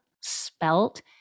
spelt